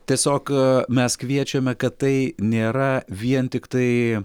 tiesiog a mes kviečiame kad tai nėra vien tiktai